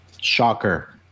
Shocker